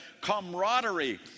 camaraderie